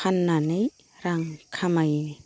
फाननानै रां खामायो